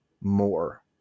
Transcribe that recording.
more